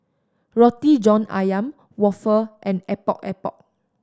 Roti John Ayam waffle and Epok Epok